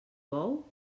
bou